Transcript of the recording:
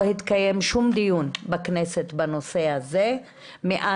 שבהן לא התקיים שום דיון בכנסת בנושא הזה - מאז